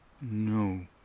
no